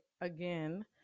again